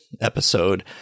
episode